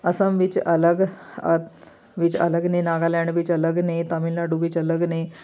ਅਸਮ ਵਿੱਚ ਅਲੱਗ ਵਿੱਚ ਅਲੱਗ ਨੇ ਨਾਗਾਲੈਂਡ ਵਿੱਚ ਅਲੱਗ ਨੇ ਤਮਿਲਨਾਡੂ ਵਿੱਚ ਅਲੱਗ ਨੇ